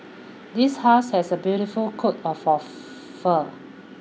this husky has a beautiful coat of fur